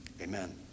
Amen